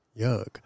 yuck